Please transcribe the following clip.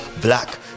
black